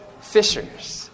fishers